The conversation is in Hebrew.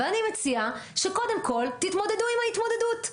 ואני מציעה שקודם כל תתמודדו עם ההתמודדות.